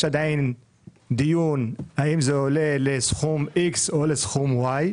יש עדיין דיון האם זה עולה לסכום איקס או לסכום ואי.